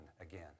again